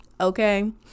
Okay